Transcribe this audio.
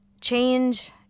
change